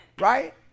Right